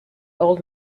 old